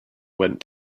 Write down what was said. went